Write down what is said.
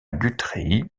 guthrie